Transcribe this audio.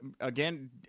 again